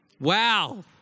wow